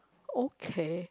okay